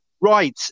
Right